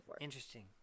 interesting